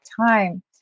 time